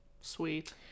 sweet